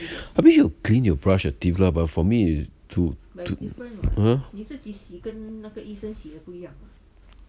I mean you clean and brush your teeth lah but for me to to ah